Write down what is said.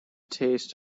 taste